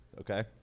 okay